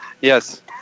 Yes